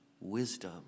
wisdom